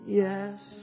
yes